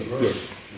Yes